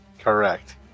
Correct